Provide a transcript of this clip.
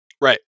Right